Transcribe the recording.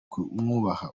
kumwubaha